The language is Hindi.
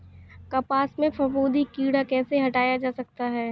कपास से फफूंदी कीड़ा कैसे हटाया जा सकता है?